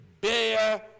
bear